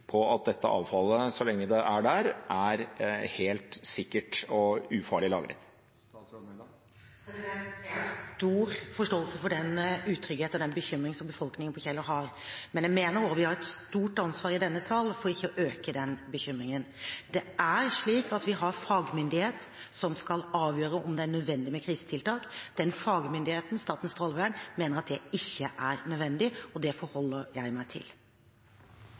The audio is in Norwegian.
på at dette avfallet, så lenge det er der, er helt sikkert og ufarlig lagret? Jeg har stor forståelse for den utrygghet og den bekymring som befolkningen på Kjeller har. Men jeg mener også at vi har et stort ansvar i denne sal for ikke å øke den bekymringen. Det er slik at vi har fagmyndighet som skal avgjøre om det er nødvendig med krisetiltak. Den fagmyndigheten, Statens strålevern, mener at det ikke er nødvendig, og det forholder jeg meg til.